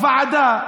תבוא לוועדה,